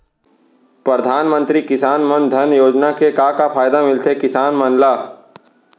परधानमंतरी किसान मन धन योजना के का का फायदा मिलथे किसान मन ला?